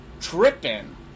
tripping